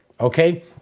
okay